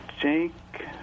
Jake